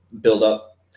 buildup